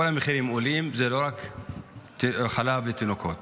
כל המחירים עולים, זה לא רק חלב לתינוקות.